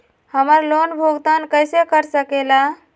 हम्मर लोन भुगतान कैसे कर सके ला?